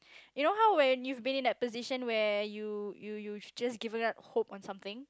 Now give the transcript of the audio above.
you know how when you have been in a position when you you you have just given up hope on something